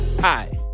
Hi